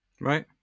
Right